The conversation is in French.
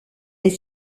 est